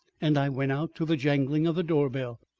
and i went out, to the jangling of the door-bell.